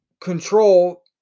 control